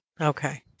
Okay